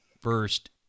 first